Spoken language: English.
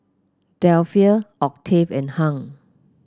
Delphia Octave and Hung